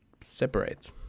separate